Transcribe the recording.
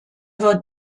wird